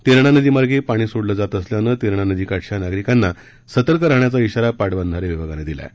तेरणा नदीमार्गे पाणी सोडलं जात असल्यानं तेरणा नदीकाठच्या नागरिकांना सतर्क राहण्याचा इशारा पाटबंधारे विभागानं दिला आहे